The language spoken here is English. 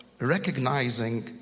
recognizing